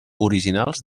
originals